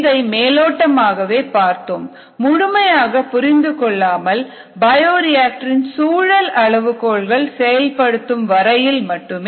இதை மேலோட்டமாகவே பார்த்தோம் முழுமையாக புரிந்து கொள்ளாமல் பயோரிஆக்டர் இன் சூழல் அளவுகோல்கள் செயல்படுத்தும் வரையில் மட்டுமே